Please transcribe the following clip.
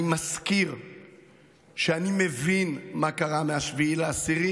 אני מזכיר שאני מבין מה קרה מ-7 באוקטובר.